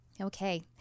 Okay